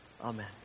Amen